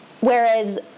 whereas